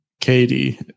Katie